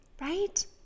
right